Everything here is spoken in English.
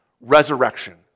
Resurrection